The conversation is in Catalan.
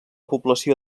població